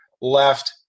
left